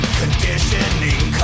conditioning